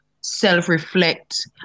self-reflect